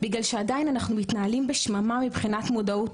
מכיוון שעדיין אנחנו מתנהלים בשממה מבחינת מודעות